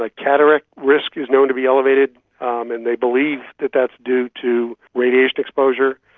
like cataract risk is known to be elevated and they believe that that's due to radiation exposure.